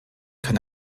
kann